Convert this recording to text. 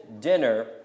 dinner